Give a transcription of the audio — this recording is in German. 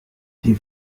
die